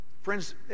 Friends